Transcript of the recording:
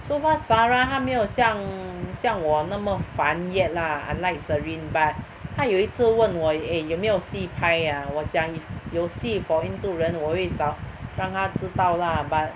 so far Sara 她没有像像我那么烦 yet lah unlike Serene but 她有一次问我 eh 有没有戏拍 ah 我讲有戏 for 印度人我会找我会让她知道 lah but